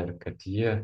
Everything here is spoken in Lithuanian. ir kad ji